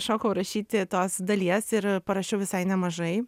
šokau rašyti tos dalies ir parašiau visai nemažai